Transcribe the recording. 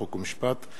חוק ומשפט,